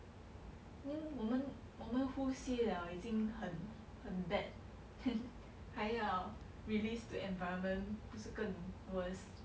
then 我们我们呼吸 liao 已经很很 bad then 还要 release to environment 不是更 worse